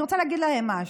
אני רוצה להגיד להם משהו,